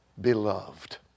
Beloved